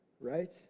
right